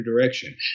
direction